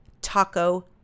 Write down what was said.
Taco